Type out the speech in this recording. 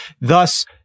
thus